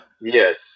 Yes